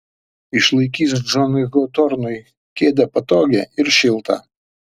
išlaikys džonui hotornui kėdę patogią ir šiltą